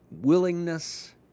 willingness